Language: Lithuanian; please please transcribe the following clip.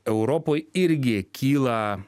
europoj irgi kyla